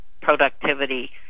productivity